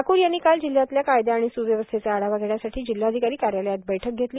ठाकूर यांनी काल जिल्ह्यातल्या कायदा आणि स्व्यवस्थेचा आढावा घेण्यासाठी जिल्हाधिकारी कार्यालयात बैठक घेतली